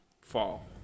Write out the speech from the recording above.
fall